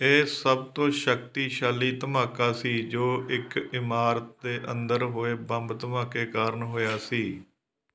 ਇਹ ਸਭ ਤੋਂ ਸ਼ਕਤੀਸ਼ਾਲੀ ਧਮਾਕਾ ਸੀ ਜੋ ਇੱਕ ਇਮਾਰਤ ਦੇ ਅੰਦਰ ਹੋਏ ਬੰਬ ਧਮਾਕੇ ਕਾਰਨ ਹੋਇਆ ਸੀ